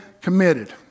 committed